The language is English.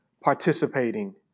participating